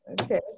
okay